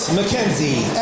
Mackenzie